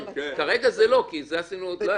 בני, מה שאמרתי, עדיין זה לא חל.